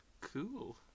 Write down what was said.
cool